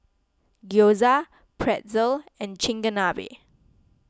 Gyoza Pretzel and Chigenabe